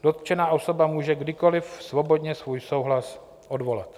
Dotčená osoba může kdykoli svobodně svůj souhlas odvolat.